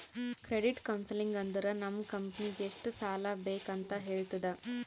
credit counselling ಅಂದುರ್ ನಮ್ ಕಂಪನಿಗ್ ಎಷ್ಟ ಸಾಲಾ ಬೇಕ್ ಅಂತ್ ಹೇಳ್ತುದ